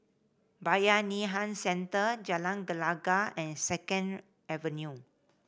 Bayanihan Centre Jalan Gelegar and Second Avenue